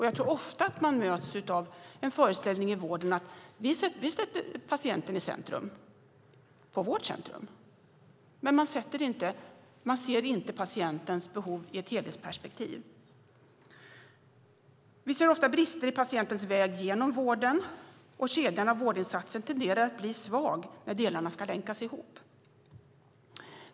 Jag tror att man ofta möts av den här föreställningen i vården: Vi sätter patienten i centrum hos oss. Men man ser inte patientens behov i ett helhetsperspektiv. Vi ser ofta brister i patientens väg genom vården, och kedjan av vårdinsatser tenderar att bli svag när delarna ska länkas ihop.